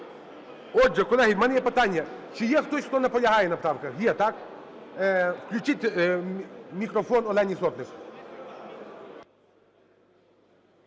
Отже, колеги, в мене є питання, чи є хтось, хто наполягає на правках? Є, так? Включіть мікрофон Олені Сотник.